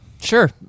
Sure